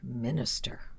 minister